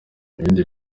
ibindi